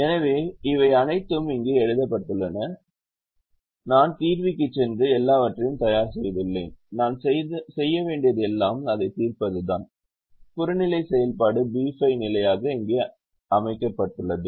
எனவே இவை அனைத்தும் இங்கே எழுதப்பட்டுள்ளன எனவே நான் தீர்விக்குச் சென்று எல்லாவற்றையும் தயார் செய்துள்ளேன் நான் செய்ய வேண்டியது எல்லாம் அதைத் தீர்ப்பதுதான் புறநிலை செயல்பாடு B5 நிலையாக இங்கே அமைக்கப்பட்டுள்ளது